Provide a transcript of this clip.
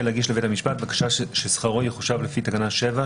להגיש לבית המשפט בקשה ששכרו יחושב לפי תקנות 7,